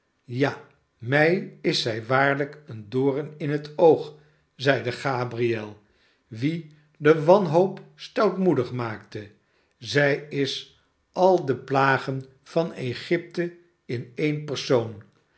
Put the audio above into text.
ja mij is zij waarlijk een doren in het oog zeide gabriel wien de wanhoop stoutmoedig maakte zij is aide plagen van egypte in een persoon